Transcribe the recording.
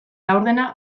laurdena